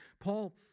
Paul